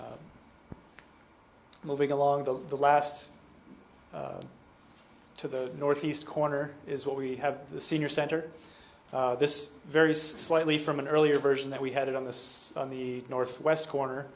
is moving along the the last to the northeast corner is what we have the senior center this very slightly from an earlier version that we had it on this on the northwest corner